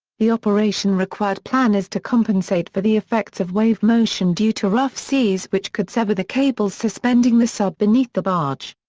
the operation required required planners to compensate for the effects of wave motion due to rough seas which could sever the cables suspending the sub beneath the barge.